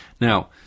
Now